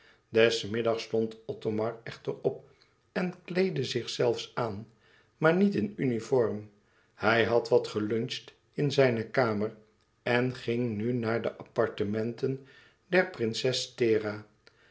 des middags stond othomar echter op en kleedde zich zelfs aan maar niet in uniform hij had wat gelucht in zijne kamer en ging nu naar de appartementen der prinses thera